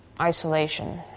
isolation